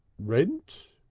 rent.